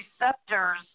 receptors